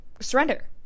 surrender